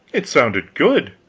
it sounded good!